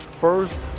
First